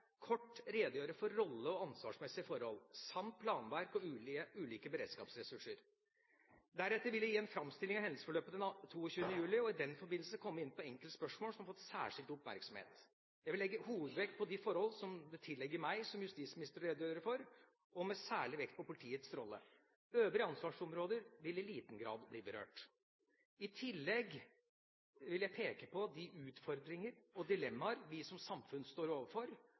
kort redegjøre for rolle- og ansvarsmessige forhold samt planverk og ulike beredskapsressurser. Deretter vil jeg gi en framstilling av hendelsesforløpet den 22. juli og i den forbindelse komme inn på enkelte spørsmål som har fått særskilt oppmerksomhet. Jeg vil legge hovedvekt på de forhold som det tilligger meg som justisminister å redegjøre for, og med særlig vekt på politiets rolle. Øvrige ansvarsområder vil i liten grad bli berørt. I tillegg vil jeg peke på de utfordringer og dilemmaer vi som samfunn står overfor,